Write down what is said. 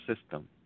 system